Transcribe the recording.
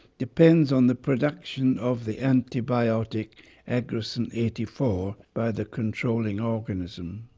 depends on the production of the antibiotic agrocin eighty four by the controlling organism.